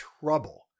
trouble